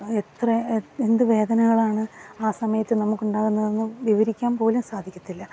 എത്ര എന്ത് വേദനകളാണ് ആ സമയത്ത് നമുക്കുണ്ടാകുന്നതെന്ന് വിവരിക്കാൻ പോലും സാധിക്കത്തില്ല